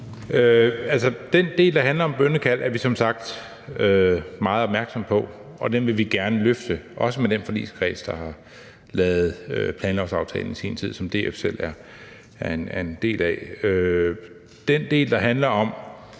den del, der handler om bønnekald, er vi som sagt meget opmærksomme på, og den vil vi gerne løfte, også med den forligskreds, der i sin tid lavede planlovsaftalen, og som DF selv er en del af. Hvad angår den del, der handler om